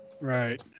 right